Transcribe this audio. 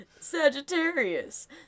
Sagittarius